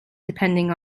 depending